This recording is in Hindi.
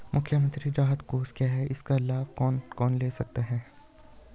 मुख्यमंत्री राहत कोष क्या है इसका लाभ कौन कौन ले सकता है?